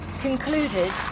concluded